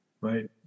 Right